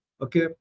Okay